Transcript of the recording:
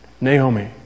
Naomi